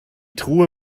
truhe